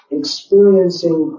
experiencing